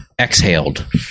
exhaled